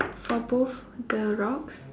for both the rocks